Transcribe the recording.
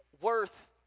worth